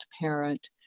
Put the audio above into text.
parent